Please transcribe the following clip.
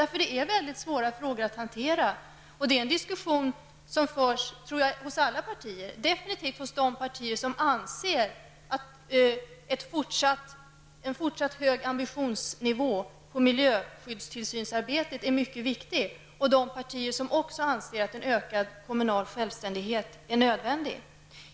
Detta är frågor som är mycket svåra att hantera, och den här diskussionen förs hos alla partier -- definitivt hos de partier som anser att en fortsatt hög ambitionsnivå på miljöskydds och tillsynsarbetet är mycket viktig och hos de partier som också anser att en ökad kommunal självständighet är nödvändig.